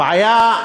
הבעיה,